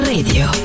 Radio